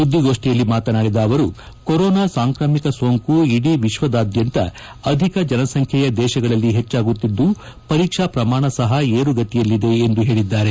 ಸುದ್ದಿಗೋಷ್ಠಿಯಲ್ಲಿ ಮಾತನಾಡಿದ ಅವರು ಕೊರೋನಾ ಸಾಂಕ್ರಾಮಿಕ ಸೋಂಕು ಇಡೀ ವಿಶ್ವದಾದ್ಯಂತ ಅಧಿಕ ಜನಸಂಖ್ಯೆಯ ದೇಶಗಳಲ್ಲಿ ಹೆಚ್ಚಾಗುತ್ತಿದ್ದು ಪರೀಕ್ಷಾ ಪ್ರಮಾಣ ಸಹ ಏರುಗತಿಯಲ್ಲಿವೆ ಎಂದರು